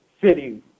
city